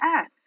earth